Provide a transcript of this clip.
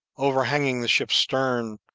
overhanging the ship's stern,